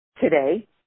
Today